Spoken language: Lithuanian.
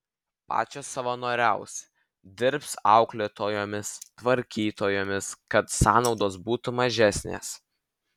pačios savanoriaus dirbs auklėtojomis tvarkytojomis kad sąnaudos būtų mažesnės